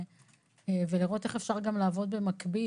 ולראות איך אפשר לעבוד גם במקביל.